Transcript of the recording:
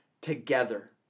together